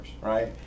right